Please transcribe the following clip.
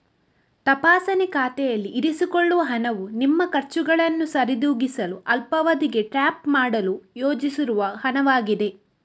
ತಪಾಸಣೆ ಖಾತೆಯಲ್ಲಿ ಇರಿಸಿಕೊಳ್ಳುವ ಹಣವು ನಿಮ್ಮ ಖರ್ಚುಗಳನ್ನು ಸರಿದೂಗಿಸಲು ಅಲ್ಪಾವಧಿಗೆ ಟ್ಯಾಪ್ ಮಾಡಲು ಯೋಜಿಸಿರುವ ಹಣವಾಗಿದೆ